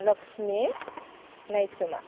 Lakshmi नाइसमा